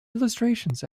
illustrations